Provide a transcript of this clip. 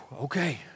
okay